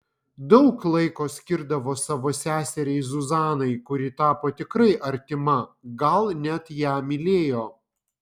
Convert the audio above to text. daug laiko skirdavo savo seseriai zuzanai kuri tapo tikrai artima gal net ją mylėjo